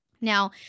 Now